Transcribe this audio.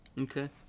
Okay